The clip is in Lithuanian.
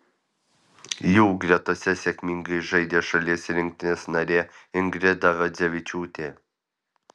jų gretose sėkmingai žaidė šalies rinktinės narė ingrida rodzevičiūtė